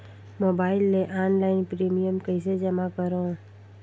Mobile ले online premium कइसे जमा करों?